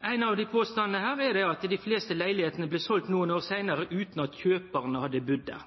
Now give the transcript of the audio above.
Ein av dei påstandane er at dei fleste leilegheitene blei selde nokre år seinare utan at kjøparane hadde budd der.